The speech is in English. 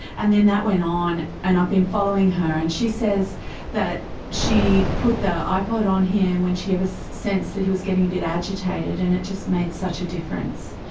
and then that went on, and i've been following her, and she says that she put the ipod on him when she ever sensed that he was getting a bit agitated, and it just made such a difference.